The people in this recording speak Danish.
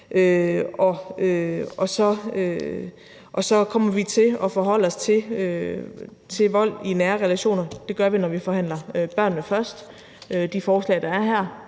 og så kommer vi til at forholde os til vold i nære relationer. Det gør vi, når vi forhandler »Børnene Først« og de forslag, der er her,